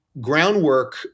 Groundwork